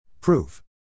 Proof